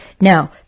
Now